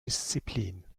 disziplin